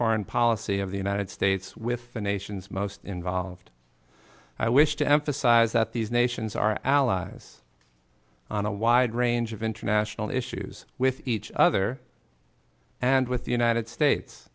foreign policy of the united states with the nation's most involved i wish to emphasize that these nations are allies on a wide range of international issues with each other and with the united states